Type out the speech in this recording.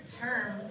term